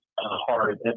hard